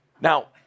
Now